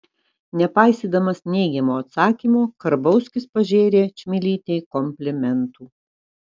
nepaisydamas neigiamo atsakymo karbauskis pažėrė čmilytei komplimentų